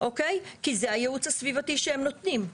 כי זה הייעוץ הסביבתי שהם נותנים.